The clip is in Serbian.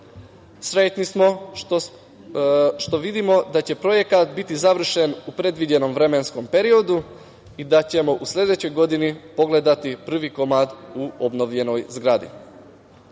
smo što vidimo da će projekat biti završen u predviđenom vremenskom periodu i da ćemo u sledećoj godini pogledati prvi komad u obnovljenoj zgradi. Da